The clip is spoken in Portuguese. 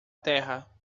terra